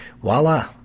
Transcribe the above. voila